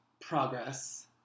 progress